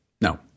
No